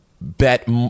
bet